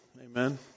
amen